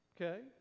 Okay